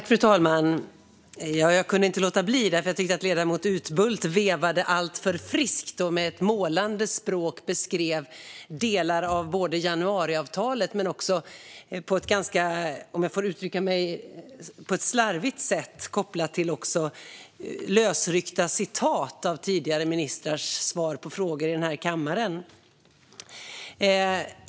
Fru talman! Jag kunde inte låta bli att begära replik, för jag tyckte att ledamot Utbult vevade alltför friskt och med ett målande språk beskrev delar av januariavtalet på ett slarvigt sätt kopplat till lösryckta citat av tidigare ministrars svar på frågor i den här kammaren.